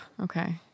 okay